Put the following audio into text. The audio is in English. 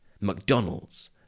McDonald's